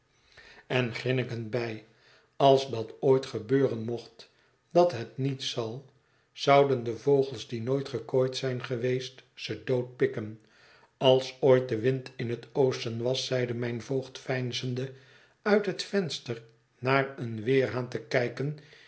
en grinnikend bij als dat ooit gebeuren mocht dat het niet zal zouden de vogels die nooit gekooid zijn geweest ze doodpikken als ooit de wind in het oosten was zeide mijn voogd veinzende uit het venster naar een weerhaan te kijken